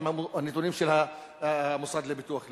הם הנתונים של המוסד לביטוח לאומי.